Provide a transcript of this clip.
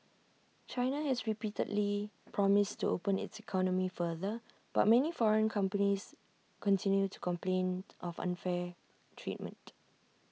China has repeatedly promised to open its economy further but many foreign companies continue to complain of unfair treatment